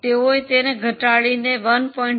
તેઓએ તેને ઘટાડીને 1